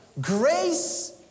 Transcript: grace